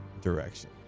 direction